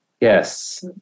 Yes